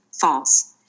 false